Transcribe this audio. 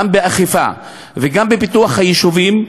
גם באכיפה וגם בפיתוח היישובים,